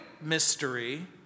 mystery